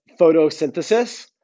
photosynthesis